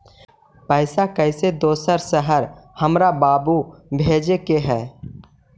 पैसा कैसै दोसर शहर हमरा बाबू भेजे के है?